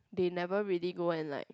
they never really go and like